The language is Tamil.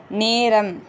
நேரம்